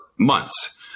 months